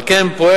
על כן,